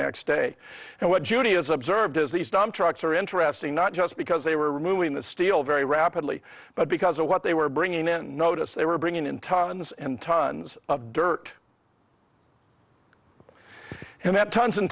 next day and what judy is observed is these dump trucks are interesting not just because they were moving the steel very rapidly but because of what they were bringing in notice they were bringing in tons and tons of dirt and that tons and